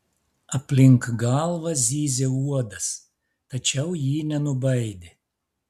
aplink galvą zyzė uodas tačiau ji nenubaidė